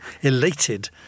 elated